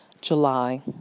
july